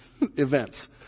events